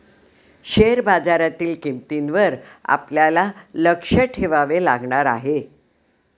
share बाजारातील किंमतींवर आपल्याला लक्ष ठेवावे लागणार आहे